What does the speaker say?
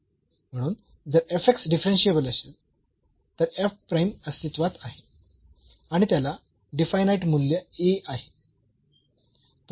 म्हणून जर डिफरन्शियेबल असेल तर अस्तित्वात आहे आणि त्याला डिफायनाईट मूल्य A आहे